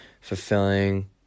fulfilling